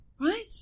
Right